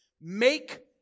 make